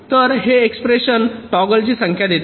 तर हे एक्सप्रेशन टॉगलची संख्या देते